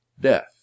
death